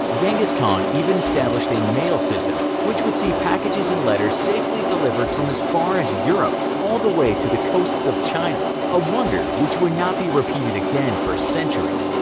genghis khan even established a mail system which would see packages and letters safely delivered from as far as europe all the way to the coasts of china, a wonder which would not be repeated again for centuries.